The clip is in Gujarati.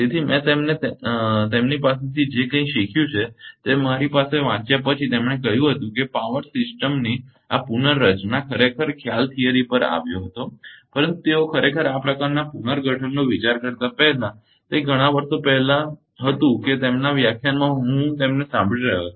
તેથી મેં તેમની પાસેથી જે કંઇ શીખ્યું છે તે મારી પાસે વાંચ્યા પછી તેમણે કહ્યું હતું કે પાવર સિસ્ટમની આ પુનર્રચના ખરેખર ખ્યાલ થિયરી પર આવ્યો હતો પ્રથમ તેઓ ખરેખર આ પ્રકારના પુનર્ગઠનનો વિચાર કરતા હતા તે ઘણા વર્ષો પહેલા હતું કે તેમના વ્યાખ્યાનમાં હું તેમને સાંભળી રહ્યો હતો